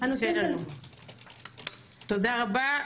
תודה רבה.